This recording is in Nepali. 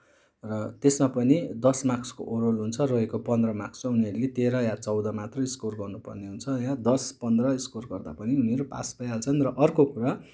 र त्यसमा पनि दस मार्क्सको ओरल हुन्छ रहेको पन्ध्र मार्क्समा उनीहरूले तेह्र या चौध मात्रै स्कोर गर्नुपर्ने हुन्छ या दस पन्ध्र स्कोर गर्दा पनि उनीहरू पास भइहाल्छन् र अर्को कुरा